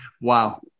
wow